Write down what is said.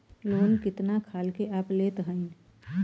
Loan कितना खाल के आप लेत हईन?